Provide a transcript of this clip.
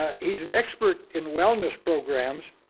ah he's an expert in wellness programs,